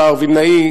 השר וילנאי,